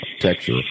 texture